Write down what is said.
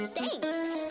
Thanks